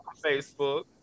Facebook